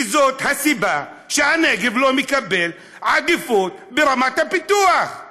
וזאת הסיבה שהנגב לא מקבל עדיפות ברמת הפיתוח.